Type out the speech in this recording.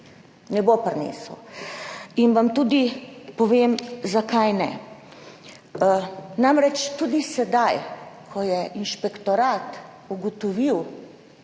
Ne bo prinesel in vam tudi povem, zakaj ne, namreč tudi sedaj, ko je inšpektorat ugotovil